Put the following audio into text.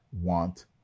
want